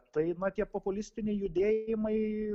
tai tie populistiniai judėjimai